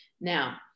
Now